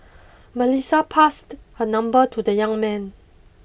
Melissa passed her number to the young man